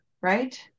right